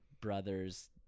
brother's